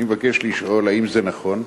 אני מבקש לשאול: 1. האם נכון הדבר?